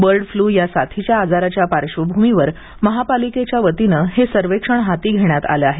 bird flu या साथीच्या आजाराच्या पार्श्वभूमीवर महापालिकेच्या वतीनं हे सर्वेक्षण हाती घेण्यात आलं आहे